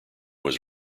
was